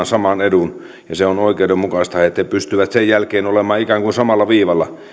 saman edun se on oikeudenmukaista että he pystyvät sen jälkeen olemaan ikään kuin samalla viivalla